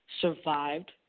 survived